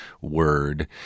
Word